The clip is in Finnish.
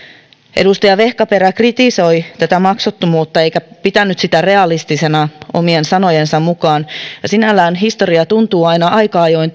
edustaja vehkaperä kritisoi tätä maksuttomuutta eikä pitänyt sitä realistisena omien sanojensa mukaan ja sinällään historia tuntuu aina aika ajoin